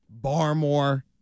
Barmore